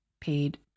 paid